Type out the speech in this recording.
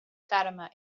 fatima